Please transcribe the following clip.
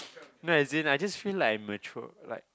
no as in I just feel like I mature like